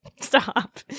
stop